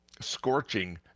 scorching